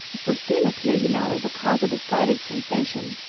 if we're seen up here, you know, it will cause a decided sensation.